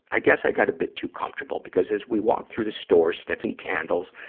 i guess i got a bit too comfortable, because as we walked through the store, sniffing candles,